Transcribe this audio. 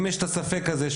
אם יש את הספק הזה,